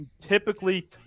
typically